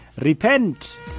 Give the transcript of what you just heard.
Repent